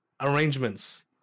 arrangements